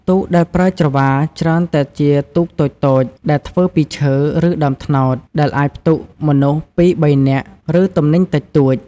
ទូកដែលប្រើច្រវាច្រើនតែជាទូកតូចៗដែលធ្វើពីឈើ ឬដើមត្នោត ដែលអាចផ្ទុកមនុស្សពីរបីនាក់ ឬទំនិញតិចតួច។